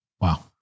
Wow